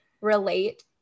relate